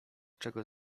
czego